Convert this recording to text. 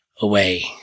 away